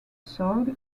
soil